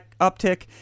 uptick